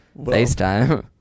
FaceTime